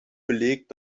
belegt